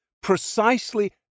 Precisely